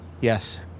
Yes